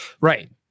Right